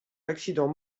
l’accident